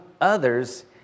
others